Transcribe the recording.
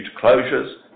closures